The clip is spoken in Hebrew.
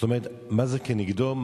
מה זה כנגדו?